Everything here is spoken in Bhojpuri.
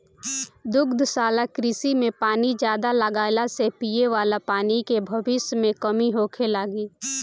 दुग्धशाला कृषि में पानी ज्यादा लगला से पिये वाला पानी के भविष्य में कमी होखे लागि